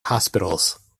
hospitals